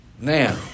Now